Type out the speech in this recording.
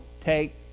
take